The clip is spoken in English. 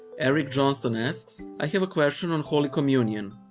aric johnson asks, i have a question on holy communion.